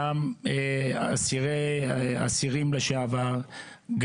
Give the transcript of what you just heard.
גם אסירים לשעבר,